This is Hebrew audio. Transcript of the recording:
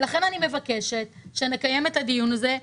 ולכן אני מבקשת שנקיים את הדיון הזה.